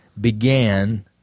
began